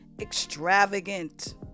extravagant